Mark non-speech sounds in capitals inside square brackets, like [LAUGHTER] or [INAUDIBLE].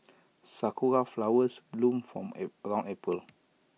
Sakura Flowers bloom from [HESITATION] around April